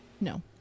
No